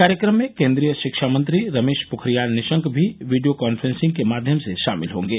कार्यक्रम में केंद्रीय शिक्षा मंत्री रमेश पोखरियाल निशंक भी वीडियो कॉन्फ्रेंसिंग के माध्यम से शामिल होंगे